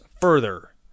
further